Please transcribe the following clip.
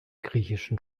griechischen